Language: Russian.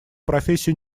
профессию